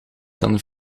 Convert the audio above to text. dan